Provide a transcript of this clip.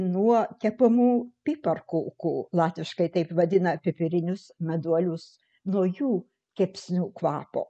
nuo kepamų piparkūkų latviškai taip vadina pipirinius meduolius nuo jų kepsnių kvapo